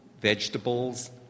vegetables